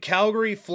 Calgary